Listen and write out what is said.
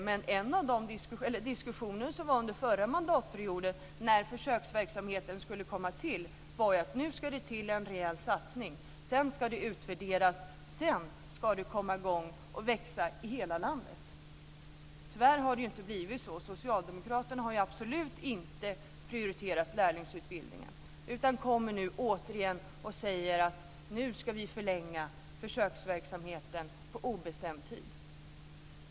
Men diskussionen som fördes under förra mandatperioden, när försöksverksamheten skulle komma till, gällde att det nu skulle till en rejäl satsning. Sedan skulle det utvärderas, och sedan ska det hela komma i gång och växa i hela landet. Tyvärr har det inte blivit så. Socialdemokraterna har absolut inte prioriterat lärlingsutbildningen, utan de kommer nu återigen och säger: Nu ska vi förlänga försöksverksamheten på obestämd tid.